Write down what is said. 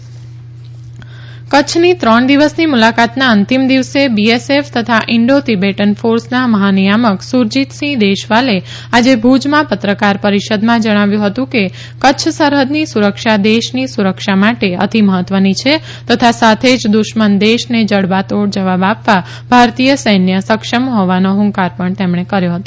BSF director general કચ્છની ત્રણ દિવસની મુલાકાતના અંતિમ દિવસે બીએસએફ તથા ઇન્ડો તિબેટન ફોર્સના મહાનિયામક સુરજીતસિંહ દેશવાલે આજે ભુજમાં પત્રકાર પરીષદમાં જણાવ્યું હતું કે કચ્છ સરહદની સુરક્ષા દેશની સુરક્ષા માટે અતિ મહત્વની છે તથા સાથે જ દુશ્મન દેશને જડબાતોડ જવાબ આપવા ભારતીય સેન્ય સક્ષમ હોવાનો હંકાર પણ તેમણે કર્યો હતો